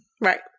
Right